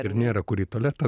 ir nėra kur į tualetą